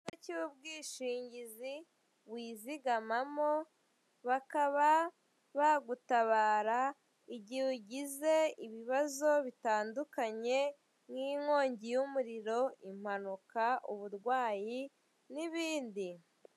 Ikigo cy'ubwishingizi wizigamamo bakaba bagutabara igihe ugize ibibazo bitandukanye, nk'inkongi y'umuriro, impanuka, uburwayi n'ibindi.